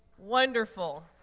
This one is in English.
wonderful.